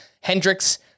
Hendricks